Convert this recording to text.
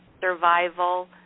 survival